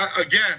Again